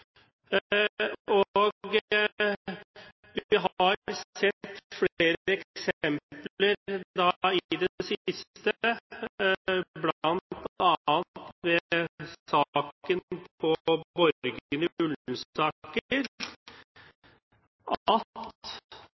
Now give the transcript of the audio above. lokalmiljøer. Vi har i det siste sett flere eksempler på, bl.a. saken på Borgen i Ullensaker,